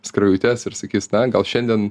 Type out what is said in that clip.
skrajutes ir sakys na gal šiandien